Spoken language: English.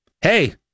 hey